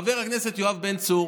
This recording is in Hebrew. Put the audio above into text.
חבר הכנסת יואב בן צור,